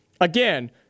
again